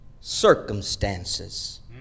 circumstances